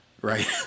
Right